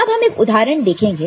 अब हम एक उदाहरण देखेंगे